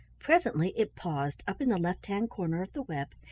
presently it paused up in the left-hand corner of the web,